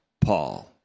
Paul